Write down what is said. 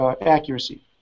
accuracy